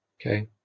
Okay